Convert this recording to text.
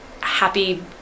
happy